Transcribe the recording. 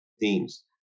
themes